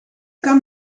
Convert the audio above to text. kan